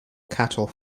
cattle